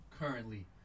currently